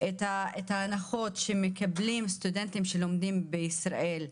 את ההנחות שמקבלים סטודנטים שלומדים בישראל,